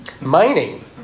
Mining